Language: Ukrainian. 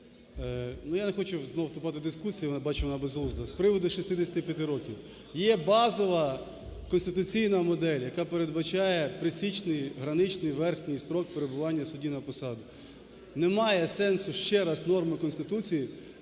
я не хочу знову вступати в дискусію, я бачу, вона безглузда. З приводу 65 років. Є базова конституційна модель, яка передбачаєприсічний (граничний) верхній строк перебування судді на посаді. Немає сенсу ще раз норми Конституції